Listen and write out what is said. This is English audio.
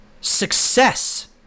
success